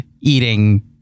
eating